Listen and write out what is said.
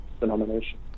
denomination